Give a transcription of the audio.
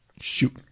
shoot